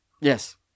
Yes